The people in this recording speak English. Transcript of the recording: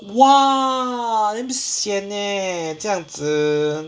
!wah! damn sian eh 这样子